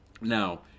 Now